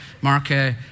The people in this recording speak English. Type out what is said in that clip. Mark